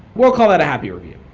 we'll call that a happy review.